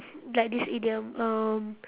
like this idiom um